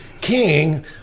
king